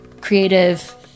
creative